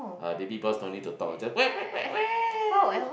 uh Baby-Boss don't need to talk just